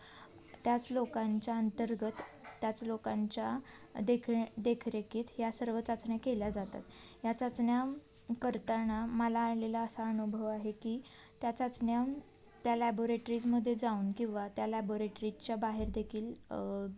त्याच लोकांच्या अंतर्गत त्याच लोकांच्या देख देखरेखीत ह्या सर्व चाचण्या केल्या जातात ह्या चाचण्या करताना मला आलेला असा अनुभव आहे की त्या चाचण्या त्या लॅबोरेटरीजमध्ये जाऊन किंवा त्या लॅबोरेटरीजच्या बाहेर देखील